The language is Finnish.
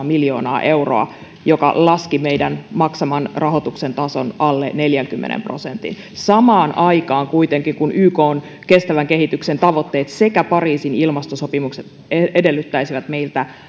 miljoonaa euroa joka laski meidän maksaman rahoituksen tason alle neljänkymmenen prosentin samaan aikaan kuitenkin ykn kestävän kehityksen tavoitteet sekä pariisin ilmastosopimus edellyttäisivät meiltä